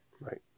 right